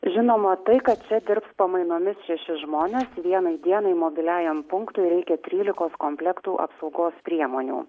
žinoma tai kad čia dirbs pamainomis šeši žmonės vienai dienai mobiliajam punktui reikia trylikos komplektų apsaugos priemonių